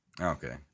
Okay